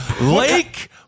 Lake